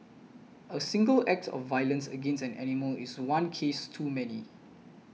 a single act of violence against an animal is one case too many